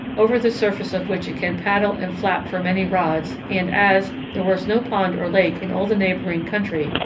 over the surface of which it can paddle and flap for many rods, and as there was no pond or lake in all the neighbouring country,